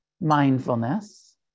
mindfulness